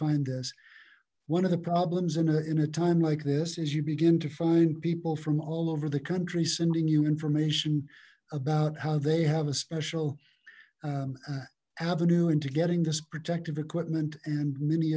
find this one of the problems in a time like this as you begin to find people from all over the country sending you information about how they have a special avenue into getting this protective equipment and many